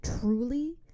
truly